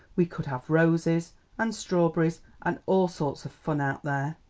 we could have roses and strawberries and all sorts of fun out there!